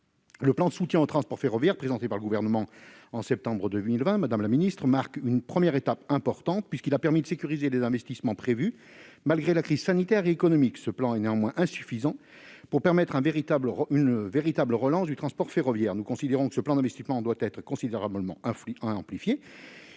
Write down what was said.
Le plan de soutien au transport ferroviaire, présenté par le Gouvernement en septembre 2020, marque une première étape importante, puisqu'il a permis de sécuriser les investissements prévus, malgré la crise sanitaire et économique. Ce plan est néanmoins insuffisant pour assurer une véritable relance de ce mode de transport. Nous considérons que ce plan d'investissement doit être considérablement renforcé.